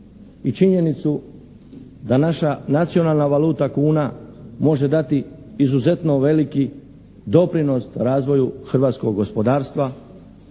i činjenicu da naša nacionalna valuta, kuna, može dati izuzetno veliki doprinos razvoju hrvatskog gospodarstva